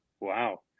Wow